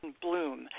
bloom